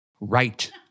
Right